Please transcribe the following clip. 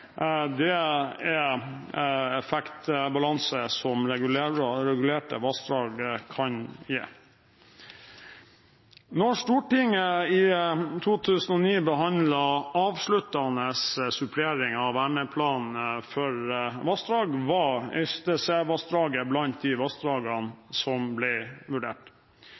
er effektbalanse som regulerte vassdrag kan gi. Da Stortinget i 2009 behandlet avsluttende supplering av Verneplan for vassdrag, var Øystesevassdraget blant de vassdragene som ble vurdert.